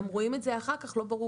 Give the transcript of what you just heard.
רואים את זה גם אחר כך - בכלל לא ברור